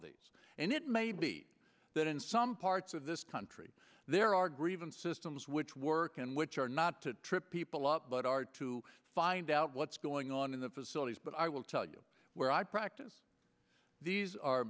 these and it may be that in some parts of this country there are grievance systems which work and which are not to trip people up but are to find out what's going on in the facilities but i will tell you where i practice these are